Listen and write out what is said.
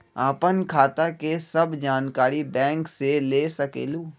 आपन खाता के सब जानकारी बैंक से ले सकेलु?